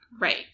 Right